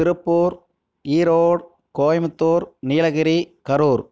Tiruppur Erode Coimbatore Nilgiri Karur